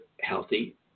healthy